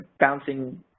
bouncing